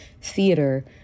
theater